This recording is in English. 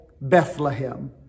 Bethlehem